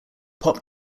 pop